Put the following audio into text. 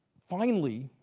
finally,